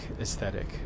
aesthetic